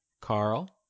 Carl